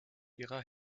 ihrer